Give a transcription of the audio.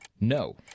No